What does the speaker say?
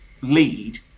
lead